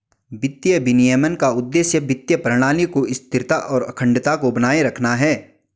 वित्तीय विनियमन का उद्देश्य वित्तीय प्रणाली की स्थिरता और अखंडता को बनाए रखना है